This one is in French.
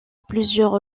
plusieurs